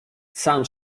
sam